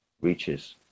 reaches